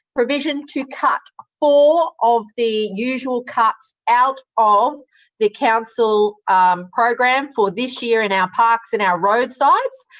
provision to cut four of the usual cuts out of the council program for this year in our parks and our roadsides.